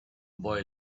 boy